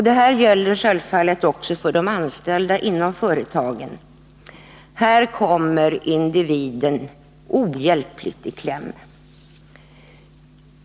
Detta gäller självfallet också för de anställda inom företagen — här kommer individen ohjälpligt i kläm.